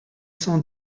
cent